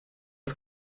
des